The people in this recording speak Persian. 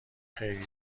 خیلی